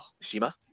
Shima